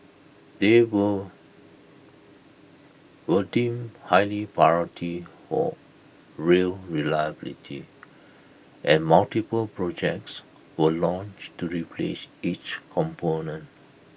they were were deemed highly priority for rail reliability and multiple projects were launched to replace each component